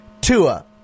Tua